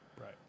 Right